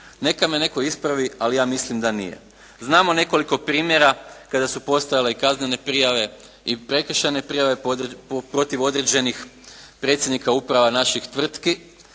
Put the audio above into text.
Neka me netko ispravi, ali ja mislim da nije. Znamo nekoliko primjera kada su postojale i kaznene prijave i prekršajne prijave protiv određenih predsjednika uprava naših tvrtki